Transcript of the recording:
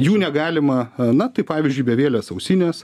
jų negalima na tai pavyzdžiui bevielės ausinės